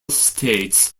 states